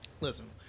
Listen